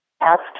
asked